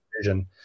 vision